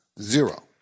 zero